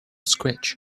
scratch